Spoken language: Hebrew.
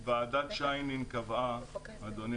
אדוני